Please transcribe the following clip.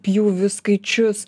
pjūvių skaičius